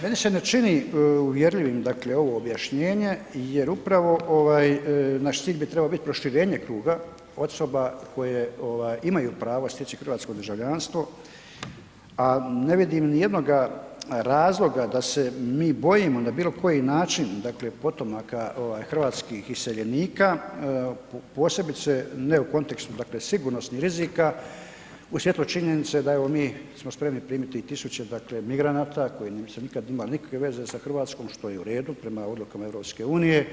Meni se ne čini dakle ovo objašnjenje jer upravo ovaj naš cilj bi trebao biti proširenje kruga osoba koja ovaj imaju pravo stječi hrvatsko državljanstvo, a ne vidim ni jednoga razloga da se mi bojimo na bilo koji način dakle potomaka ovaj hrvatskih iseljenika, posebice ne u kontekstu dakle sigurnosnih rizika u svjetlu činjenice da evo mi smo spremni primiti i 1.000 dakle migranata koji nisu nikad imali nikakve veze sa Hrvatskom što je i u redu prema odlukama EU.